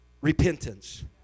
repentance